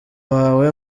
wawe